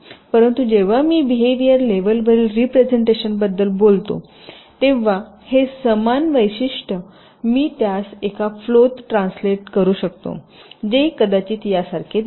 परंतु जेव्हा मी बिहेवियर लेवलवरील रिप्रेसेंटेशनबद्दल बोलतो तेव्हा हे समान वैशिष्ट्य मी त्यास एका फ्लोत ट्रान्सलेट करू शकते जे कदाचित यासारखे दिसते